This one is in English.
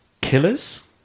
killers